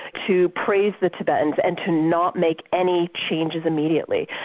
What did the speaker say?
to praise the tibetans and to not make any changes immediately.